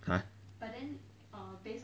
!huh!